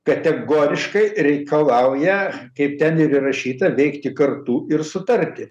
kategoriškai reikalauja kaip ten ir įrašyta veikti kartu ir sutarti